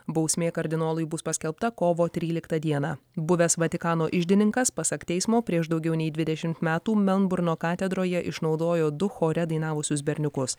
bausmė kardinolui bus paskelbta kovo tryliktą dieną buvęs vatikano iždininkas pasak teismo prieš daugiau nei dvidešimt metų menburno katedroje išnaudojo du chore dainavusius berniukus